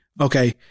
okay